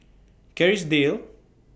Kerrisdale